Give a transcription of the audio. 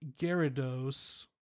Gyarados